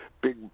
big